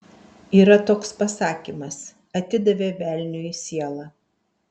yra toks pasakymas atidavė velniui sielą